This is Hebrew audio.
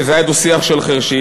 וזה היה דו-שיח של חירשים.